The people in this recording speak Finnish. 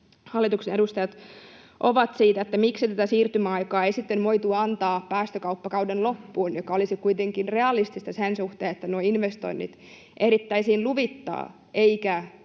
hallituksen edustajat ovat siitä, miksi tätä siirtymäaikaa ei sitten voitu antaa päästökauppakauden loppuun, mikä olisi kuitenkin realistista sen suhteen, että nuo investoinnit ehdittäisiin luvittaa, eikä